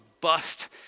bust